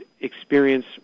experience